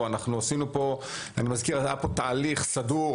היה פה תהליך סדור.